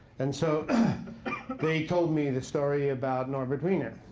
and so they told me the story about norbert wiener.